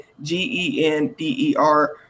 G-E-N-D-E-R